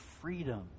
freedom